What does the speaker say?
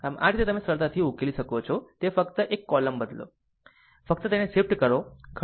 આમ આ રીતે તમે સરળતાથી ઉકેલી શકો છો તે ફક્ત એક કોલમ બદલો ફક્ત તેને શિફ્ટ કરો ખરું